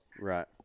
Right